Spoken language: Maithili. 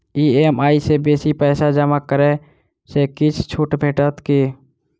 ई.एम.आई सँ बेसी पैसा जमा करै सँ किछ छुट भेटत की?